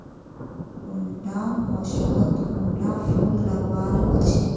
कुंडा मोसमोत कुंडा फुल लगवार होछै?